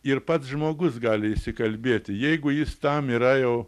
ir pats žmogus gali įsikalbėti jeigu jis tam yra jau